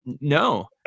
no